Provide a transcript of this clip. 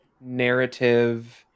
narrative